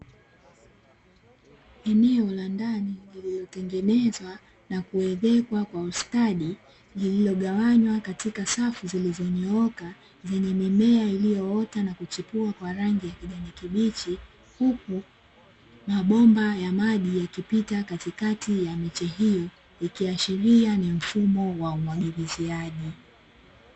Eneo la ndani lililotengenezwa na kuezekwa kwa ustadi, lililogawanywa katika safu zilizonyooka zenye mimea iliyoota na kuchipua kwa rangi ya kijani kibichi, huku mabomba ya maji yakipita katikati ya miche hiyo, ikiashiria ni mfumo wa umwagiliziaji.